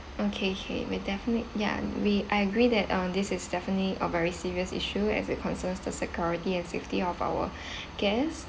okay okay we'll definitely ya we I agree that uh this is definitely a very serious issue as it concerns the security and safety of our guest